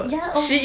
ya okay